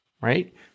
right